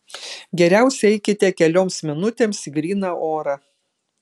geriausia eikite kelioms minutėms į gryną orą